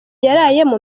yarayemo